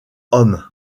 hommes